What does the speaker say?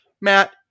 Matt